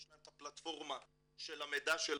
יש להם את הפלטפורמה של המידע שלהם,